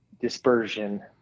dispersion